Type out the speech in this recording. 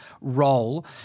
role